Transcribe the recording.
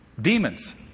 demons